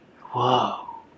Whoa